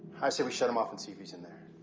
i say we shut them off and see if he's in there.